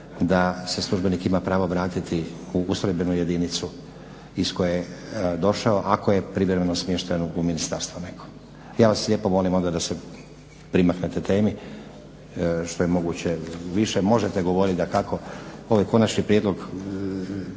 da se službenik ima pravo vratiti u ustrojbenu jedinicu iz koje je došao, ako je privremeno smješten u ministarstvo neko. Ja vas lijepo molim onda da se primaknete temi što je više moguće. Možete govoriti dakako, ovo je konačni prijedlog